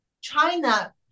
China